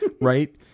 Right